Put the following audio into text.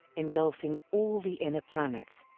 engulfing all the inner planets,